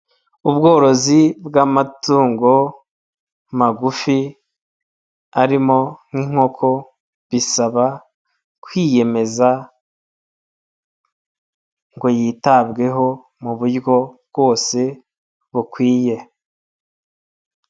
Ubworozi bw'amatungo magufi, arimo nk'inkoko , bisaba kwiyemeza ngo yitabweho mu buryo bwose bukwiye.